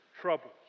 troubles